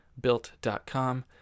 built.com